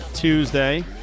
Tuesday